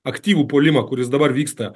aktyvų puolimą kuris dabar vyksta